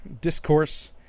Discourse